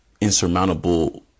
insurmountable